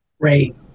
Great